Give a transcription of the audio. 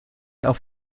auf